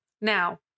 Now